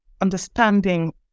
understanding